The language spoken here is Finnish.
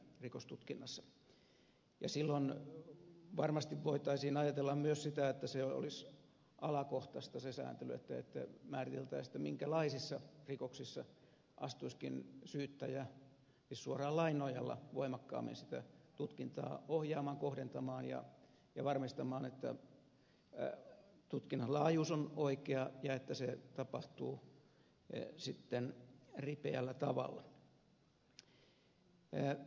silloin varmasti voitaisiin ajatella myös sitä että olisi alakohtaista se sääntely että määriteltäisiin minkälaisissa rikoksissa astuisikin syyttäjä suoraan lain nojalla voimakkaammin sitä tutkintaa ohjaamaan kohdentamaan ja varmistamaan että tutkinnan laajuus on oikea ja että se tapahtuu sitten ripeällä tavalla